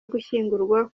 gushyingurwa